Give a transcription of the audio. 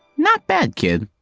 not bad kid!